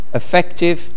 effective